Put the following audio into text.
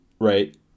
right